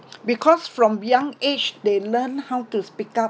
because from young age they learn how to speak up